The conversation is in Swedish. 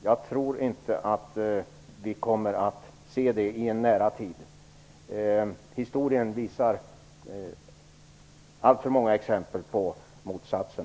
Jag tror inte att vi kommer att få se det i en nära framtid. Historien visar alltför många exempel på motsatsen.